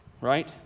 right